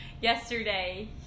Yesterday